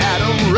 Adam